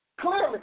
Clearly